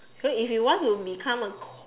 so if you want to become a